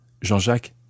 Jean-Jacques